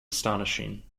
astonishing